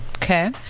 Okay